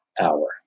hour